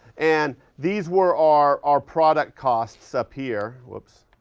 and these were our our product costs up here, oops,